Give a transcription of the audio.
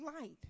light